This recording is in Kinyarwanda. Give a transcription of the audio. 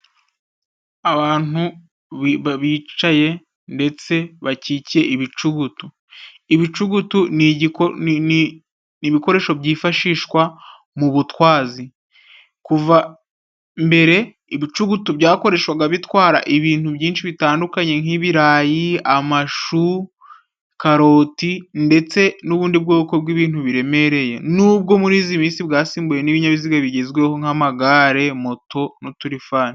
Abantu bicaye ndetse bakikiye ibicugutu. Ibicugutu ni ibikoresho byifashishwa mu butwazi. Kuva mbere, ibicugutu byakoreshwaga bitwara ibintu byinshi bitandukanye nk'ibirayi, amashu, karoti ndetse n'ubundi bwoko bw'ibintu biremereye. Nubwo muri izi minsi bwasimbuwe n'ibinyabiziga bigezweho nk'amagare, moto, n'uturifani.